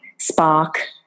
spark